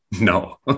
No